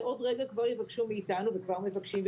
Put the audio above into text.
עוד רגע כבר יבקשו מאיתנו - וכבר מבקשים,